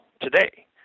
today